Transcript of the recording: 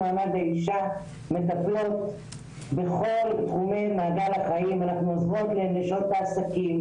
מעמד האישה מטפלות בכל תחומי מעגל החיים ואנחנו עוזרות לנשות עסקים,